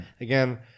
again